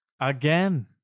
Again